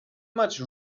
much